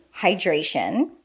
hydration